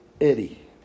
Eddie